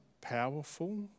powerful